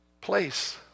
place